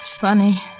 funny